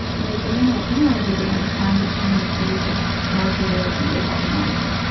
and they said, no, no, we want to be the one to find the gene so we could market it and make all the money.